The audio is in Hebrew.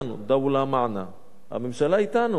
הממשלה אתנו.